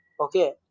Okay